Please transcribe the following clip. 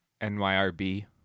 NYRB